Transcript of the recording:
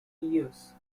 years